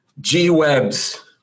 G-Webs